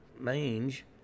mange